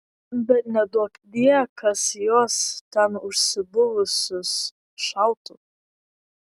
bet neduokdie kas į juos ten užsibuvusius šautų